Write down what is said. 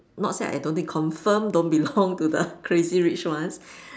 not say I don't think !confirm! don't belong to the crazy rich ones